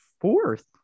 fourth